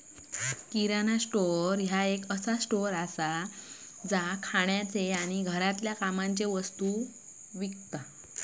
किराणा store एक असो store असा जो खाण्याचे आणि घरातल्या कामाचे वस्तु विकता